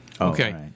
okay